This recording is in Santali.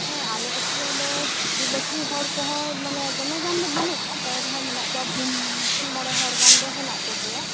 ᱦᱮᱸ ᱟᱞᱮ ᱟᱛᱳ ᱨᱮᱫᱚ ᱪᱟ ᱠᱨᱤ ᱵᱟ ᱠᱨᱤ ᱦᱚᱲ ᱠᱚᱦᱚᱸ ᱢᱟᱱᱮ ᱫᱚᱢᱮ ᱜᱟᱱᱫᱚ ᱵᱟ ᱱᱩᱜ ᱠᱚᱣᱟ ᱛᱚᱵᱮᱨᱮᱦᱚᱸ ᱢᱮᱱᱟᱜ ᱠᱚᱣᱟ ᱯᱩᱱ ᱢᱚᱬᱮ ᱦᱚᱲ ᱜᱟᱱᱫᱚ ᱦᱮᱱᱟᱜ ᱠᱚᱜᱮᱭᱟ